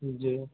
جی